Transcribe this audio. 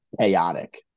chaotic